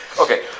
Okay